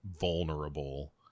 vulnerable